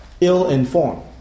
ill-informed